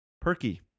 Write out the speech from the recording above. Perky